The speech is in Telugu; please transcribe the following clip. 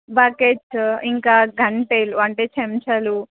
బకెట్స్ ఇంకా గరిటెలు అంటే చెంచాలు